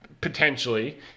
potentially